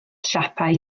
siapau